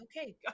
Okay